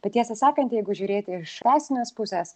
bet tiesą sakant jeigu žiūrėti iš teisinės pusės